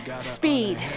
speed